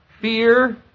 fear